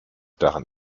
deren